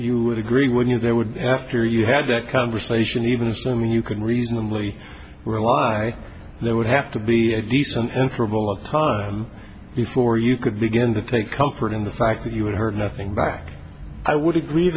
you would agree with you there would be after you had that conversation even assuming you can reasonably rely there would have to be a decent interval of time before you could begin to take comfort in the fact that you would heard nothing back i would agree